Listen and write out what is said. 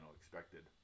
expected